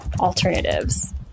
alternatives